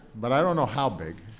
but i don't know how big.